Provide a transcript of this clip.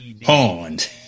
Pawned